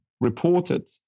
reported